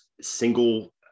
single